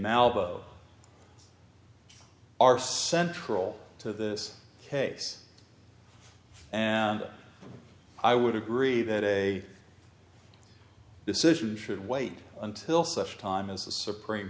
are central to this case and i would agree that a decision should wait until such time as the supreme